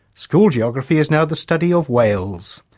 school geography is now the study of whales.